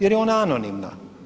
Jer je ona anonimna.